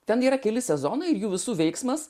ten yra keli sezonai ir jų visų veiksmas